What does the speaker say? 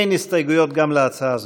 אין הסתייגויות גם להצעה הזאת.